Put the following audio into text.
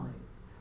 lives